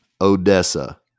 Odessa